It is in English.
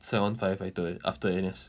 喜欢 firefighter eh after N_S